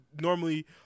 Normally